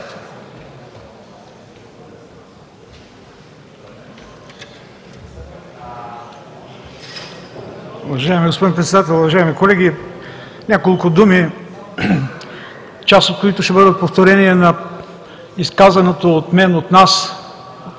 Уважаеми господин Председател, уважаеми колеги! Няколко думи, част от които ще бъдат повторение на изказаното от мен, от нас